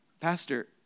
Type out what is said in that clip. Pastor